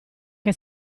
che